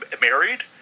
married